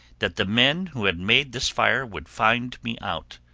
that the men who had made this fire would find me out.